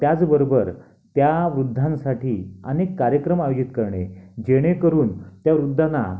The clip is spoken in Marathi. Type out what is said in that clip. त्याचबरोबर त्या वृद्धांसाठी अनेक कार्यक्रम आयोजित करणे जेणेकरून त्या वृद्धांना